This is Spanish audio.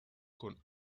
con